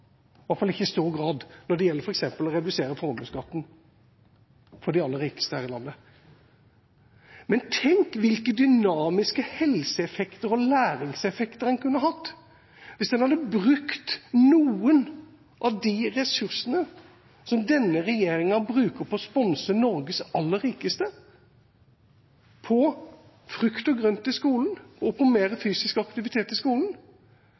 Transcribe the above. i hvert fall ikke i stor grad, når det gjelder f.eks. å redusere formuesskatten for de aller rikeste her i landet. Men tenk hvilke dynamiske helseeffekter og læringseffekter en kunne hatt hvis en hadde brukt noen av de ressursene som denne regjeringa bruker på å sponse Norges aller rikeste, på frukt og grønt i skolen og på mer fysisk aktivitet i skolen!